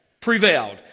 prevailed